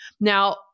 Now